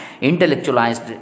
intellectualized